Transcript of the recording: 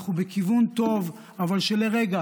אנחנו בכיוון טוב אבל שלרגע